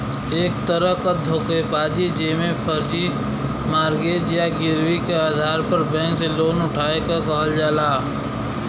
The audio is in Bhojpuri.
एक तरह क धोखेबाजी जेमे फर्जी मॉर्गेज या गिरवी क आधार पर बैंक से लोन उठावे क कहल जाला